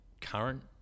current